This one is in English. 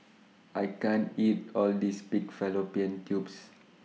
I can't eat All This Pig Fallopian Tubes